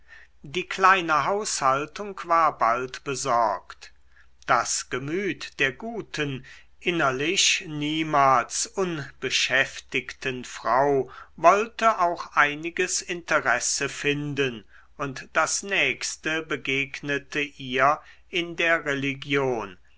die kleine haushaltung war bald besorgt das gemüt der guten innerlich niemals unbeschäftigten frau wollte auch einiges interesse finden und das nächste begegnete ihr in der religion